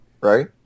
right